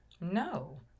No